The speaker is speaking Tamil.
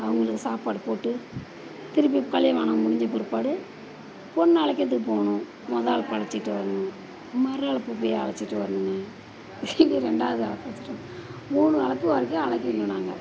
அவங்களுக்கு சாப்பாடு போட்டு திருப்பி கலியாணம் முடிஞ்ச பிற்பாடு பொண்ணை அழைக்கிறதுக்கு போவணும் மொதல் அழைப்பு அழைச்சிட்டு வர்ணும் மறு அழைப்பு போய் அழைச்சிட்டு வரணும் திருப்பி ரெண்டாவது அழைப்பு அழைச்சிட்டு வரணும் மூணு அழைப்பு வரைக்கும் அழைக்கணும் நாங்கள்